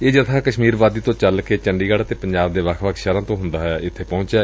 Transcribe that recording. ਇਹ ਜਬਾ ਕਸ਼ਮੀਰ ਵਾਦੀ ਤੋਂ ਚੱਲ ਕੇ ਚੰਡੀਗੜ੍ਹ ਅਤੇ ਪੰਜਾਬ ਦੇ ਵੱਖ ਵੱਖ ਸ਼ਹਿਰਾਂ ਤੋਂ ਹੁੰਦਾ ਹੋਇਆ ਇੱਥੇ ਪਹੁੰਚਿਐ